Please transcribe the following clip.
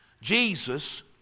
Jesus